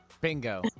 bingo